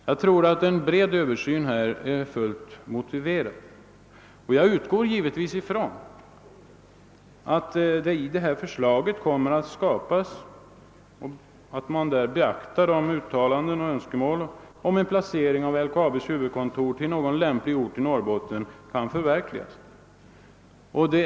Jag tror att en bred översyn är fullt motiverad, och jag ut 3år givetvis från att man vid en sådan översyn beaktar önskemålen om en placering av LKAB:s huvudkontor på någon lämplig ort i Norrbotten, så att dessa önskemål kan förverkligas. Herr talman!